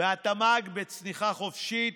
התמ"ג בצניחה חופשית,